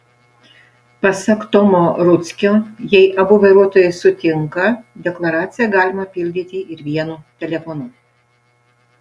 pasak tomo rudzkio jei abu vairuotojai sutinka deklaraciją galima pildyti ir vienu telefonu